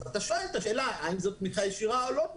אתה שואל האם זו תמיכה ישירה או לא.